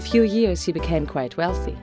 a few years he became quite wealthy